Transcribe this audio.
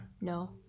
No